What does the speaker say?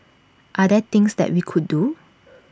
are there things that we could do